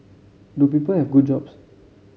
do people have good jobs